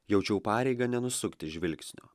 jaučiau pareigą nenusukti žvilgsnio